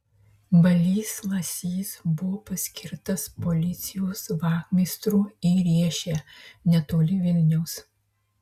balys lasys buvo paskirtas policijos vachmistru į riešę netoli vilniaus